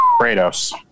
Kratos